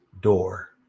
door